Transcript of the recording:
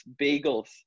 bagels